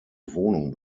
wohnung